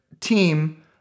team